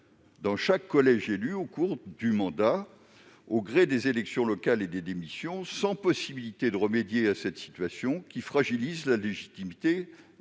divisé par deux en cours de mandat, au gré des élections locales et des démissions, sans possibilité de remédier à cette situation qui fragilise la légitimité